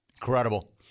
Incredible